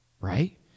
right